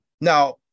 now